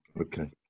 Okay